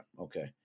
Okay